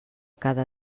cada